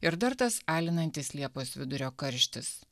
ir dar tas alinantis liepos vidurio karštis